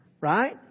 Right